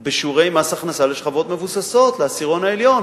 בשיעורי מס הכנסה לשכבות מבוססות, לעשירון העליון.